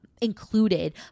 included